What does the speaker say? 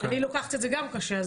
אני לוקחת את זה גם קשה.